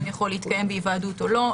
יכול להיות להתקיים בהיוועדות או לא.